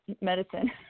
medicine